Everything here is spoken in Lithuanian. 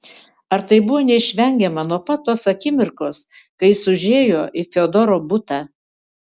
ar tai buvo neišvengiama nuo pat tos akimirkos kai jis užėjo į fiodoro butą